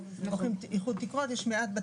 זה פשוט תמריצים כלכליים.